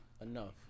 Enough